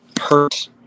hurt